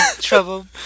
trouble